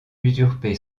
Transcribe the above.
usurpé